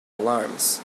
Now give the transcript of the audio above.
alarms